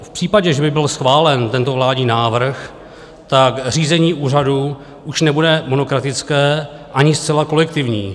V případě, že by byl schválen tento vládní návrh, řízení úřadu už nebude monokratické ani zcela kolektivní.